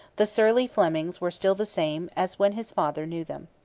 the surly flemings were still the same as when his father knew them.